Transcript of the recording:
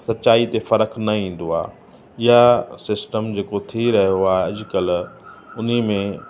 सचाई ते फ़र्क़ु न ईंदो आहे या सिस्टम जेको थी रहियो आहे अॼुकल्ह उन में